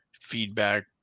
feedback